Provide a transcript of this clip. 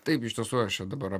taip iš tiesų aš čia dabar